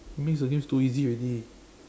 it makes the games too easy already